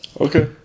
Okay